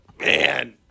Man